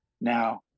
now